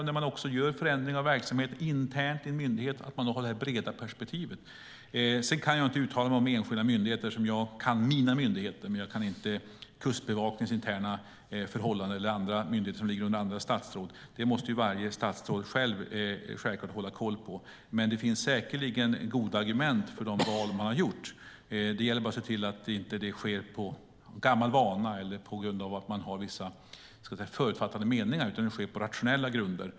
När man gör förändringar internt i en myndighet gäller det att man har det breda perspektivet. Sedan kan jag inte uttala mig om enskilda myndigheter. Jag kan mina myndigheter, men jag kan inte Kustbevakningens interna förhållanden eller andra myndigheter som ligger undra andra statsråd. Det måste varje statsråd själv självklart hålla koll på. Det finns säkerligen goda argument för de val man har gjort. Det gäller bara att se till att det inte sker av gammal vana eller på grund av att man har vissa förutfattade meningar utan på rationella grunder.